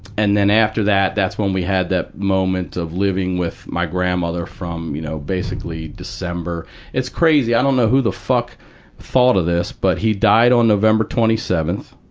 and then after that, that's when we had that moment of living with my grandmother from, you know, basically december it's crazy. i don't know who the fuck thought of this, but he died on november twenty seventh,